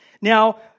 Now